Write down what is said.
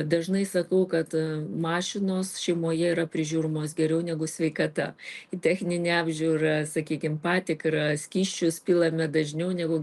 dažnai sakau kad mašinos šeimoje yra prižiūrimos geriau negu sveikata į techninę apžiūrą sakykim patikrą skysčius pilame dažniau negu